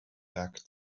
back